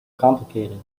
complicated